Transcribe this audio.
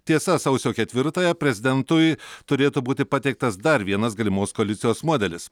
tiesa sausio ketvirtąją prezidentui turėtų būti pateiktas dar vienas galimos koalicijos modelis